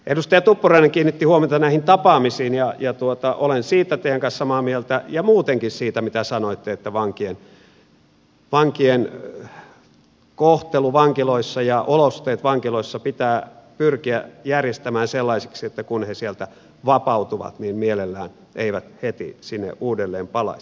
edustaja tuppurainen kiinnitti huomiota näihin tapaamisiin ja olen siitä teidän kanssanne samaa mieltä ja muutenkin siitä mitä sanoitte että vankien kohtelu vankiloissa ja olosuhteet vankiloissa pitää pyrkiä järjestämään sellaisiksi että kun he sieltä vapautuvat niin mielellään eivät heti sinne uudelleen palaisi